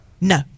no